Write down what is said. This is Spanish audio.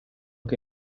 que